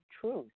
truth